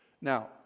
now